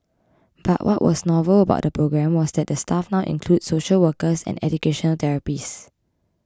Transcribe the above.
but what was novel about the program was that the staff now included social workers and educational therapists